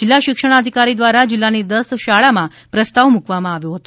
જિલ્લા શિક્ષણાધિકારી દ્વારા જિલ્લાની દસ શાળામાં પ્રસ્તાવ મુકવામાં આવ્યો હતો